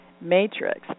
matrix